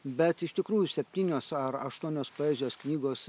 bet iš tikrųjų septynios ar aštuonios poezijos knygos